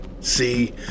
See